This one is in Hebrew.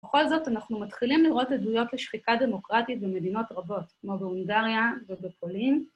בכל זאת אנחנו מתחילים לראות עדויות לשחיקה דמוקרטית במדינות רבות, כמו בהונגריה ובפולין.